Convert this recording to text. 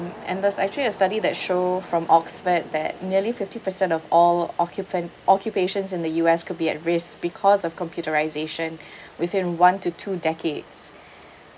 and there's actually a study that show from oxford that nearly fifty-per cent of all occupant occupations in the U_S could be at risk because of computerisation within one to two decades